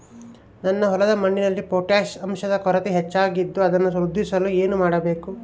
ನಮ್ಮ ಹೊಲದ ಮಣ್ಣಿನಲ್ಲಿ ಪೊಟ್ಯಾಷ್ ಅಂಶದ ಕೊರತೆ ಹೆಚ್ಚಾಗಿದ್ದು ಅದನ್ನು ವೃದ್ಧಿಸಲು ಏನು ಮಾಡಬೇಕು?